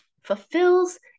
fulfills